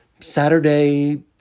Saturday